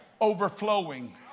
Overflowing